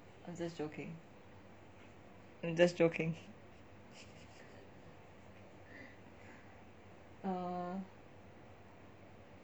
I'm just joking I'm just joking err